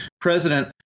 president